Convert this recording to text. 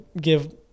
give